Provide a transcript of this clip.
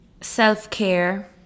self-care